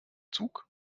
zug